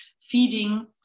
feeding